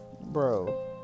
bro